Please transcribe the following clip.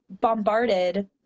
bombarded